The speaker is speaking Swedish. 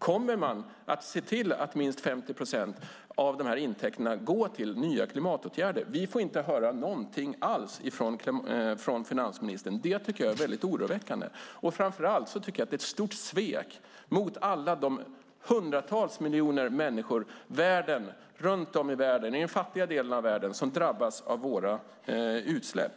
Kommer man att se till att minst 50 procent av intäkterna går till nya klimatåtgärder? Vi får inte höra någonting alls från finansministern. Det är oroväckande. Framför allt är det ett stort svek mot alla de hundratals miljoner människor runt om i den fattiga delen av världen som drabbas av våra utsläpp.